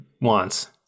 wants